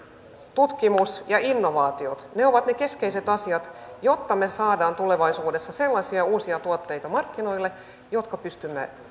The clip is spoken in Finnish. tutkimus ja innovaatiot ovat ne keskeiset asiat jotta me saamme tulevaisuudessa sellaisia uusia tuotteita markkinoille jotka pystymme